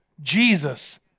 Jesus